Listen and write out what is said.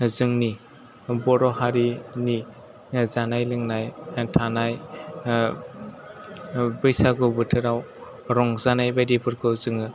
जोंनि बर' हारिनि जानाय लोंनाय थानाय बैसागु बोथोराव रंजानाय बादिफोरखौ जोङो